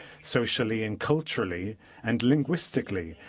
socially, and culturally and linguistically.